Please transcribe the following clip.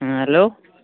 हँ हैलो